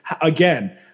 again